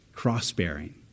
Cross-bearing